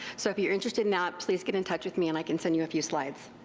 so if youire interested in that, please get in touch with me and i can send you a few slides.